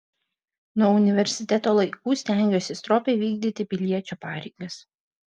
nuo universiteto laikų stengiuosi stropiai vykdyti piliečio pareigas